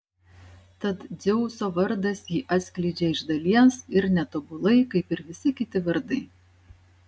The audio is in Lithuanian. tad dzeuso vardas jį atskleidžia iš dalies ir netobulai kaip ir visi kiti vardai